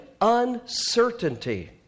uncertainty